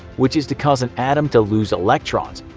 which is to cause an atom to lose electrons,